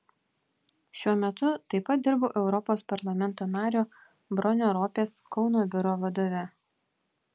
šiuo metu taip pat dirbu europos parlamento nario bronio ropės kauno biuro vadove